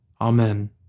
Amen